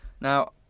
Now